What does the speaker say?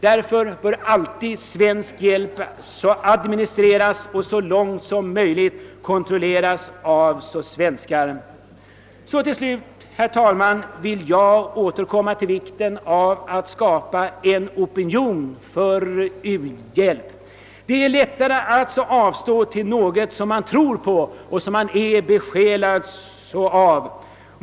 Därför bör om möjligt svensk hjälp alltid administreras och så långt möjligt kontrolleras av svenskar. | Till slut, herr talman, vill jag återkomma till vikten av att skapa:en opi nion för u-hjälp. Det är lättare att avstå till något som man tror på och är besjälad av.